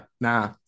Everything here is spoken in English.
Nah